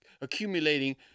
accumulating